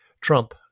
Trump